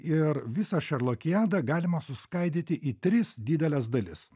ir visą šerlokiadą galima suskaidyti į tris dideles dalis